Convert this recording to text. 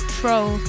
troll